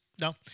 No